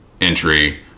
entry